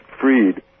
freed